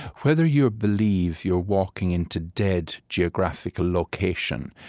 whether you believe you are walking into dead geographical location,